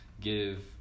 give